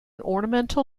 ornamental